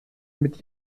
mit